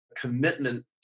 commitment